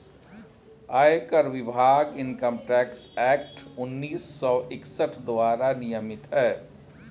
आयकर विभाग income tax act उन्नीस सौ इकसठ द्वारा नियमित है